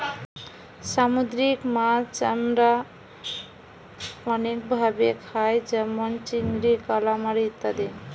সামুদ্রিক মাছ আমরা অনেক ভাবে খাই যেমন চিংড়ি, কালামারী ইত্যাদি